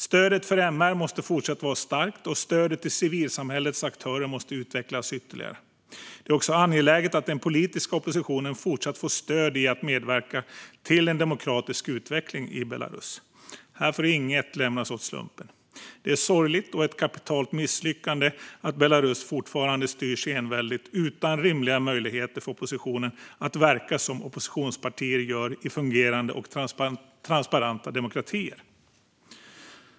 Stödet för mänskliga rättigheter måste fortsatt vara starkt, och stödet till civilsamhällets aktörer måste utvecklas ytterligare. Det är också angeläget att den politiska oppositionen fortsatt får stöd i att medverka till en demokratisk utveckling i Belarus. Här får inget lämnas åt slumpen. Det är sorgligt och ett kapitalt misslyckande att Belarus fortfarande styrs enväldigt utan rimliga möjligheter för oppositionen att verka som oppositionspartier gör i fungerande och transparenta demokratier.